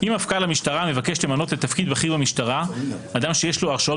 אם מפכ"ל המשטרה מבקש למנות לתפקיד בכיר במשטרה אדם שיש לו הרשעות